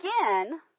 again